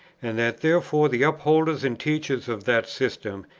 and that therefore the upholders and teachers of that system,